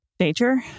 Nature